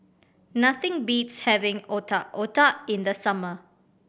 nothing beats having Otak Otak in the summer